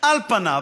על פניו